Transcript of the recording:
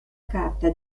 carta